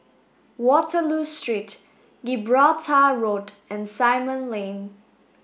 Waterloo Street Gibraltar Road and Simon Lane